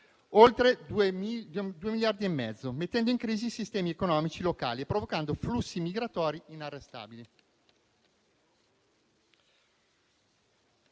oltre 2,5 miliardi di persone, mettendo in crisi i sistemi economici locali e provocando flussi migratori inarrestabili.